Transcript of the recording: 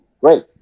great